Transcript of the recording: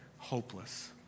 hopeless